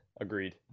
Agreed